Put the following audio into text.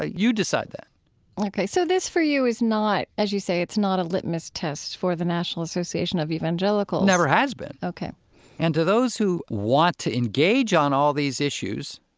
ah you decide that so this, for you, is not, as you say, it's not a litmus test for the national association of evangelicals never has been ok and to those who want to engage on all these issues,